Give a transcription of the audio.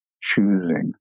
choosing